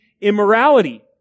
immorality